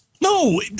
No